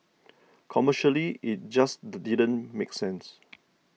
commercially it just didn't make sense